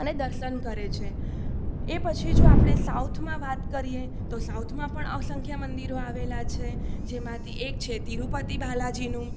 અને દર્શન કરે છે એ પછી જો આપણે સાઉથમાં વાત કરીએ તો સાઉથમાં પણ અસંખ્ય મંદિરો આવેલાં છે જેમાંથી એક છે તિરૂપતિ બાલાજીનું